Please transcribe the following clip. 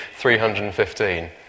315